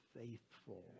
faithful